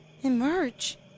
Emerge